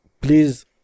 please